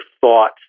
thought